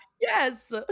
yes